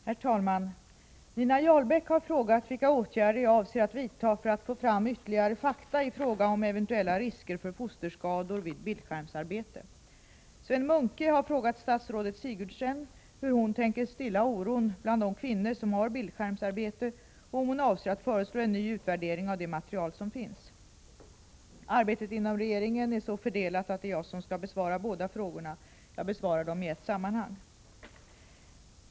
Herr talman! Nina Jarlbäck har frågat vilka åtgärder jag avser att vidta för att få fram ytterligare fakta i frågan om eventuella risker för fosterskador vid Sven Munke har frågat statrådet Sigurdsen hur hon tänker stilla oron bland de kvinnor som har bildskärmsarbete och om hon avser att föreslå en ny utvärdering av det material som finns. Arbetet inom regeringen är så fördelat att det är jag som skall besvara båda frågorna. Jag besvarar dem i ett sammanhang.